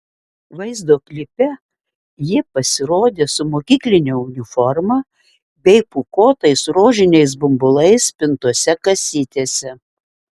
vaizdo klipe ji pasirodė su mokykline uniforma bei pūkuotais rožiniais bumbulais pintose kasytėse